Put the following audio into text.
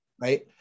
Right